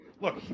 Look